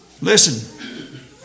Listen